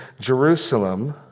Jerusalem